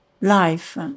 life